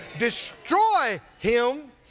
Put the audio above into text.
destroy him.